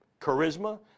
charisma